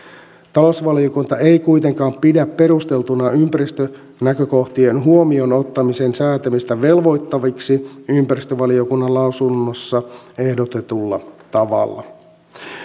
talousvaliokunta ei kuitenkaan pidä perusteltuna ympäristönäkökohtien huomioon ottamisen säätämistä velvoittavaksi ympäristövaliokunnan lausunnossa ehdotetulla tavalla